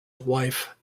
wife